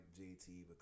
JT